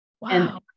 Wow